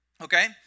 Okay